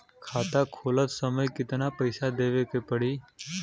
खाता खोलत समय कितना पैसा देवे के पड़ी?